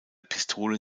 pistole